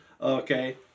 Okay